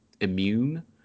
immune